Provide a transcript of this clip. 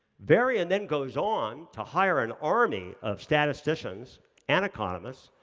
varian then goes on to hire an army of statisticians and economists,